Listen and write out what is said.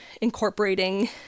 incorporating